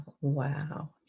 wow